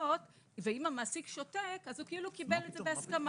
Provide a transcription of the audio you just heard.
נוספות ואם המעסיק שותק אז הוא כאילו קיבל את זה בהסכמה.